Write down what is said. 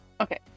okay